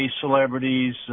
celebrities